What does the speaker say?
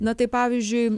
na tai pavyzdžiui